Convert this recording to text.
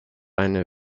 eine